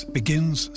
begins